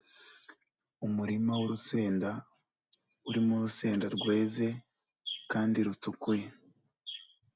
Umurima w'urusenda urimo urusenda rweze kandi rutukuye.